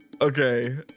Okay